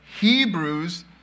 Hebrews